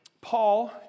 Paul